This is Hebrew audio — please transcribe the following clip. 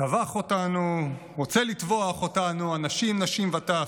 טבח אותנו, רוצה לטבוח אותנו, אנשים, נשים וטף.